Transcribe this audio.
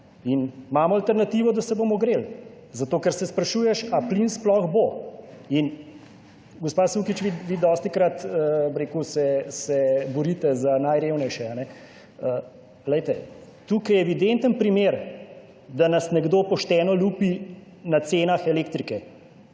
in imamo alternativo, da se bomo ogreli, zato ker se sprašuješ, ali plin sploh bo. In gospa Sukič, vi dostikrat, bi rekel, se borite za najrevnejše. Glejte, tukaj je evidenten primer, da nas nekdo pošteno lupi na cenah elektrike